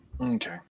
Okay